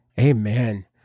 Amen